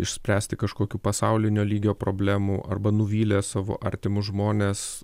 išspręsti kažkokių pasaulinio lygio problemų arba nuvylė savo artimus žmones